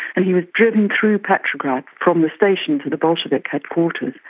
and he was driven through petrograd from the station to the bolshevik headquarters,